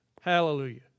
Hallelujah